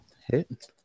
Hit